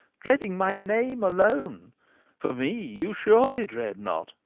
dreading my name alone for me you surely dread not,